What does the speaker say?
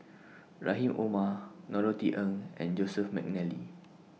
Rahim Omar Norothy Ng and Joseph Mcnally